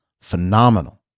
phenomenal